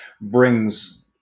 brings